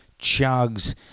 chugs